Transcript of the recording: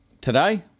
today